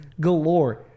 galore